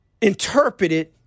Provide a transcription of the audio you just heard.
interpreted